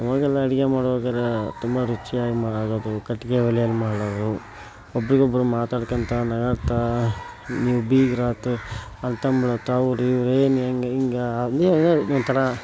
ಆವಾಗೆಲ್ಲ ಅಡುಗೆ ಮಾಡ್ಬೇಕರೆ ತುಂಬ ರುಚಿಯಾಗಿ ಮಾಡೋದು ಕಟ್ಟಿಗೆ ಒಲೆಯಲ್ಲಿ ಮಾಡೋದು ಒಬ್ರಿಗೊಬ್ಬರು ಮಾತಾಡ್ಕೋತಾ ನಗಾಡ್ತ ನೀವು ಬೀಗ್ರಾಯ್ತು ಅಣ್ಣ ತಮ್ಮ ಅವ್ರು ಇವ್ರು ಏ ನೀ ಹಾಗೆ ಹೀಗೆ ಅಲ್ಲಿ ಒಂಥರಾ